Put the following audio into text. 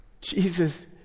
Jesus